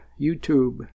YouTube